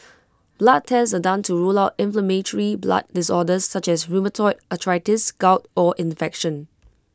blood tests are done to rule out inflammatory blood disorders such as rheumatoid arthritis gout or infection